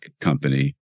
company